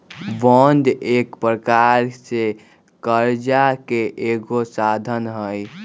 bond एक प्रकार से करजा के एगो साधन हइ